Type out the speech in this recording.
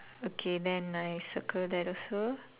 okay then I circle that also